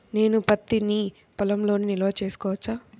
నేను పత్తి నీ పొలంలోనే నిల్వ చేసుకోవచ్చా?